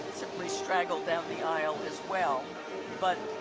simply straggle down the aisle as well but